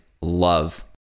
love